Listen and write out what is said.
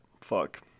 Fuck